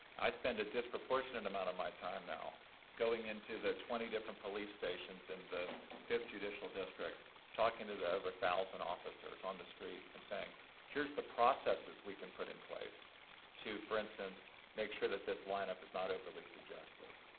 i spend a disproportionate amount of my time now going into the twenty different police stations in the fifth judicial district talking to the over one thousand officers on the street and saying here's the processes we can put in place to, for instance, make sure that this lineup is not overly suggestive.